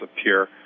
appear